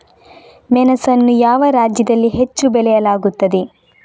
ಮೆಣಸನ್ನು ಯಾವ ರಾಜ್ಯದಲ್ಲಿ ಹೆಚ್ಚು ಬೆಳೆಯಲಾಗುತ್ತದೆ?